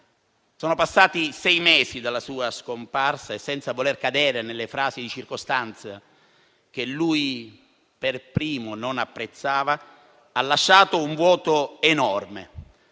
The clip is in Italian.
Sono passati sei mesi dalla sua scomparsa e, senza voler cadere nelle frasi di circostanza che lui per primo non apprezzava, ha lasciato un vuoto enorme,